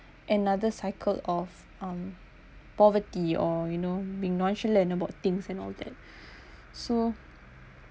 another cycle of um poverty or you know be nonchalant about things and all that so